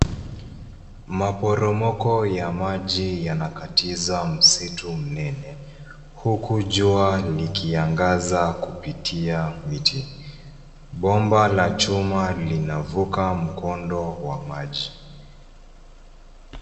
Maporomoko ya maji yanakatiza msitu mnene huku jua likiangaza kupitia miti. Bomba la chuma linavuka mkondo wa maji.